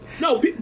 No